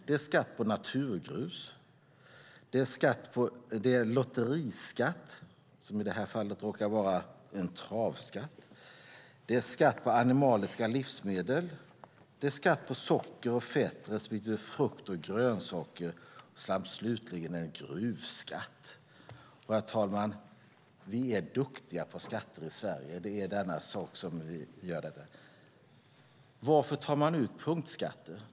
Det är skatt på naturgrus. Det är lotteriskatt, som i detta fall råkar vara en travskatt. Det är skatt på animaliska livsmedel. Det är skatt på socker och fett respektive frukt och grönsaker, samt slutligen en gruvskatt. Herr talman! Vi är duktiga på skatter i Sverige. Varför tar man ut punktskatter?